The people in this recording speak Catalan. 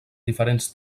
diferents